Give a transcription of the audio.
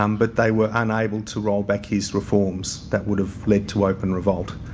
um but, they were unable to roll back his reforms that would have led to open revolt.